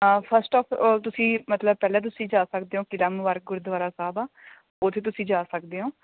first of all ਤੁਸੀਂ ਮਤਲਬ ਪਹਿਲਾਂ ਤੁਸੀਂ ਜਾ ਸਕਦੇ ਹੋ ਕਿਲ੍ਹਾ ਮੁਬਾਰਕ ਗੁਰਦੁਆਰਾ ਸਾਹਿਬ ਆ ਉੱਥੇ ਤੁਸੀਂ ਜਾ ਸਕਦੇ ਹੋ